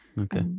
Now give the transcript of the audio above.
Okay